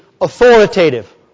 authoritative